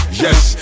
yes